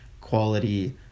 quality